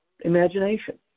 imagination